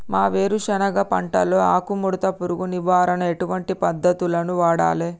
మా వేరుశెనగ పంటలో ఆకుముడత పురుగు నివారణకు ఎటువంటి పద్దతులను వాడాలే?